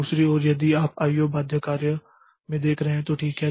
दूसरी ओर यदि आप इस IO बाध्य कार्य में देख रहे हैं तो ठीक है